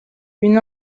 une